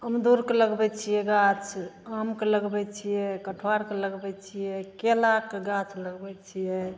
अमदुरके लगबैत छियै गाछ आमके लगबैत छियै कटहरके लगबैत छियै केलाके गाछ लगबैत छियै